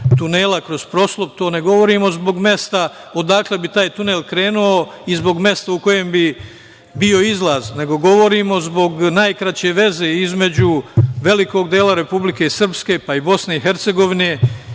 tunela kroz … To ne govorimo zbog mesta odakle bi taj tunel krenuo i zbog mesta u kojem bi bio izlaz, nego govorimo zbog najkraće veze između velikog dela Republike Srpske, pa i BiH i centralne